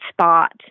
spot